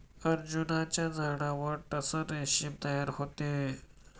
अर्जुनाच्या झाडावर टसर रेशीम तयार होते